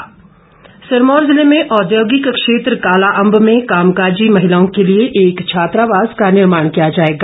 बिंदल सिरमौर जिले में औद्योगिक क्षेत्र कालाअंब में कामकाजी महिलाओं के लिए छात्रावास का निर्माण किया जाएगा